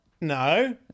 No